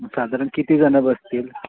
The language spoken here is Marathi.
मग साधारण किती जण बसतील